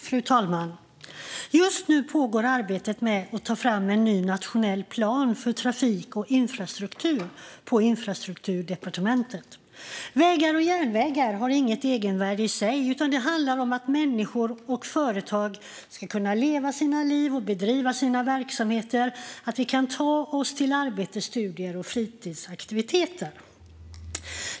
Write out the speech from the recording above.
Fru talman! Just nu pågår arbetet med att ta fram en ny nationell plan för trafik och infrastruktur på Infrastrukturdepartementet. Vägar och järnvägar har inget egenvärde i sig, utan det handlar om att människor och företag ska kunna leva sina liv och bedriva sina verksamheter. Människor ska kunna ta sig till arbete, studier och fritidsaktiviteter.